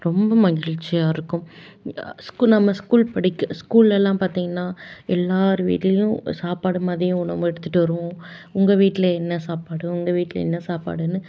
ரொம்ப மகிழ்ச்சியாக இருக்கும் நம்ம ஸ்கூல் படிக்க ஸ்கூல்லெல்லாம் பார்த்திங்கன்னா எல்லோர் வீட்லேயும் சாப்பாடு மதிய உணவு எடுத்துட்டு வருவோம் உங்கள் வீட்டில என்ன சாப்பாடு உங்கள் வீட்டில என்ன சாப்பாடுன்னு